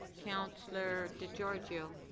counselor di georgio.